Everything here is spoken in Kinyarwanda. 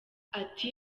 ati